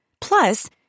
Plus